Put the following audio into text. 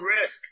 risk